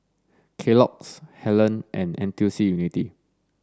Kellogg's Helen and NTUC Unity